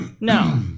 no